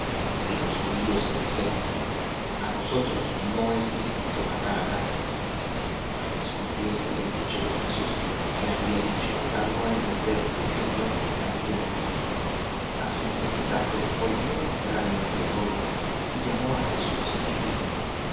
y los judíos le dijeron a nosotros no es lícito matar á nadie para que se cumpliese el dicho de jesús que había dicho dando á entender de qué muerte había de morir así que pilato volvió á entrar en el pretorio y llamó á jesús y díjole